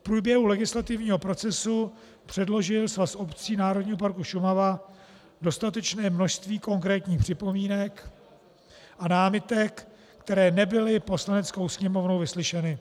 V průběhu legislativního procesu předložil Svaz obcí Národního parku Šumava dostatečné množství konkrétních připomínek a námitek, které nebyly Poslaneckou sněmovnou vyslyšeny.